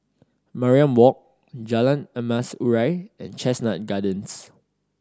Mariam Walk Jalan Emas Urai and Chestnut Gardens